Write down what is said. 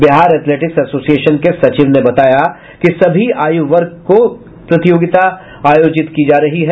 Bihar athletics association के सचिव ने बताया कि सभी आयु वर्ग की प्रतियोगिता आयोजित की जा रही है